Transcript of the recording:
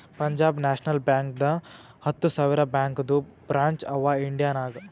Punjab national ಬ್ಯಾಂಕ್ದು ಹತ್ತ ಸಾವಿರ ಬ್ಯಾಂಕದು ಬ್ರ್ಯಾಂಚ್ ಅವಾ ಇಂಡಿಯಾ ನಾಗ್